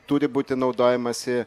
turi būti naudojamasi